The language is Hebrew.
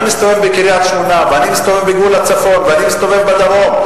אני מסתובב בקריית-שמונה ואני מסתובב בגבול הצפון ואני מסתובב בדרום.